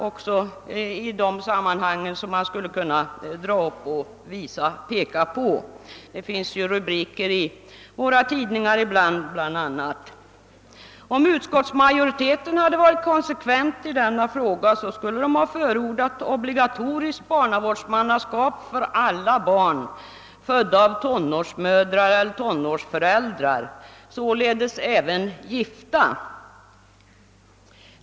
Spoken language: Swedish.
Om utskottsmajoriteten varit konsekvent i denna fråga, skulle den ha förordat obligatoriskt barnavårdsmannaskap för alla barn födda av tonårsmödrar, således även gifta.